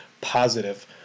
positive –